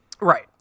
Right